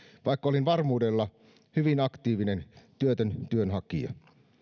vaikka olin varmuudella hyvin aktiivinen työtön työnhakija